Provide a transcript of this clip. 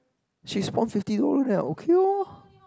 she spon fifty dollar then I okay lor